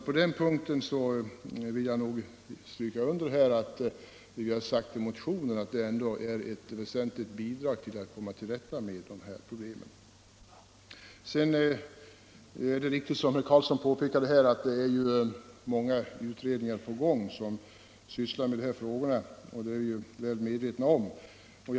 På den punkten vill jag stryka under vad vi har sagt i motionen att man på detta sätt ändå i väsentlig grad kan komma till rätta med dessa problem. Det är vidare riktigt, som herr Karlsson i Ronneby påpekade, att det är många utredningar på gång som sysslar med dessa frågor. Vi är väl medvetna om detta.